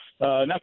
Now